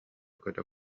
көтө